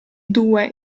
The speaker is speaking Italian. due